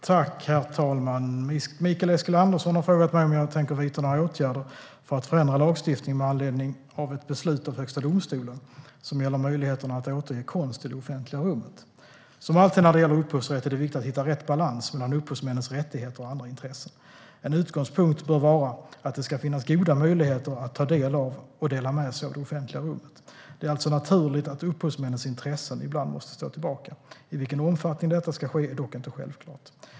Herr talman! Mikael Eskilandersson har frågat mig om jag tänker vidta några åtgärder för att förändra lagstiftningen med anledning av ett beslut av Högsta domstolen som gäller möjligheterna att återge konst i det offentliga rummet. Som alltid när det gäller upphovsrätt är det viktigt att hitta rätt balans mellan upphovsmännens rättigheter och andra intressen. En utgångspunkt bör vara att det ska finnas goda möjligheter att ta del av och dela med sig av det offentliga rummet. Det är alltså naturligt att upphovsmännens intressen ibland måste stå tillbaka. I vilken omfattning detta ska ske är dock inte självklart.